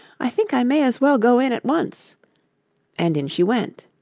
i think i may as well go in at once and in she went.